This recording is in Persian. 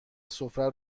سفره